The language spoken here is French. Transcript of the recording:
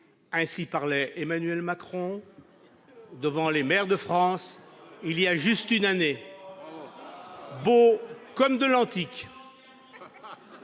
Ainsi parlait Emmanuel Macron devant les maires de France il y a juste une année. C'est beau comme l'Antique